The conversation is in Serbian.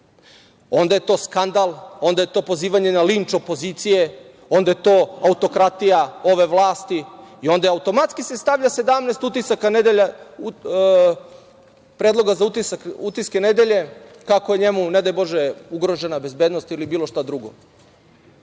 onda je to skandal, onda je to pozivanje na linč opozicije, onda je to autokratija ove vlasti i onda se automatski stavlja sedamnaest utisaka nedelje, predloga za utiske nedelje kako je njemu ne daj bože ugrožena bezbednost ili bilo šta drugo. Šta